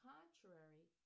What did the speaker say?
Contrary